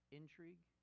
intrigue